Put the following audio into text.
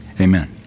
amen